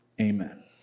Amen